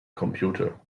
computer